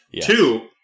Two